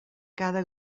cada